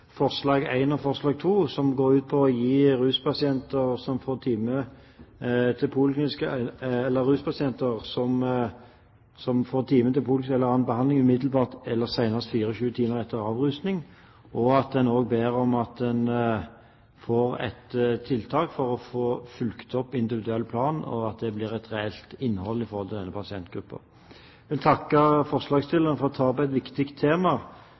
time til poliklinisk eller annen behandling umiddelbart og senest 24 timer etter avrusning, og forslag nr. 2, om tiltak for å få fulgt opp individuell plan – at det blir et reelt innhold for denne pasientgruppen. Jeg vil takke forslagsstillerne for å ta opp et viktig tema,